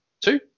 Two